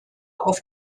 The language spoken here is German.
auf